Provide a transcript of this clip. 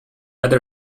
other